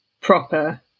proper